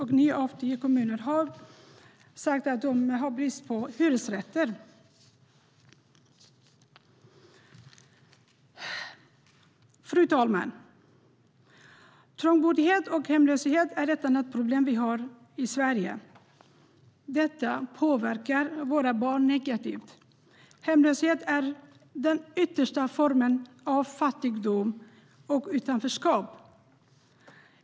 Nio av tio kommuner har sagt att de har brist på hyresrätter. Hemlöshet är den yttersta formen av fattigdom och utanförskap.